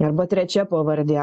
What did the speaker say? arba trečia pavardė